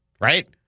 Right